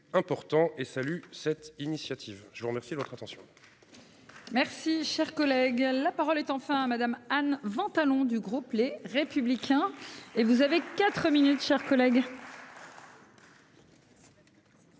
important et salue cette initiative, je vous remercie de votre attention.